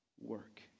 work